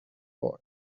boy